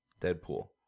Deadpool